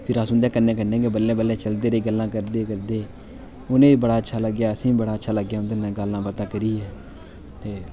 फिर अस उं'दे कन्नै कन्नै गै बल्ले बल्ले चलदे रेह् गल्लां करदे करदे उ'नेंई बी बड़ा अच्छा लग्गेआ असेंई बी बड़ा अच्छा लग्गेआ उं'दे ने गल्लां बातां करियै ते